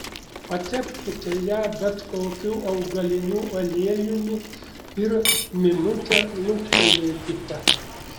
patepkite ją bet kokiu augaliniu aliejumi ir minutę luktelėkite